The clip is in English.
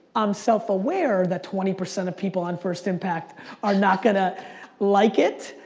i'm self-aware that twenty percent of people on first impact are not gonna like it.